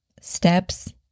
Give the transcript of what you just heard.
steps